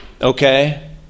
Okay